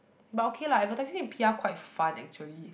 but okay lah advertising and p_r quite fun actually